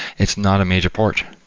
it's not a major port.